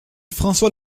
françois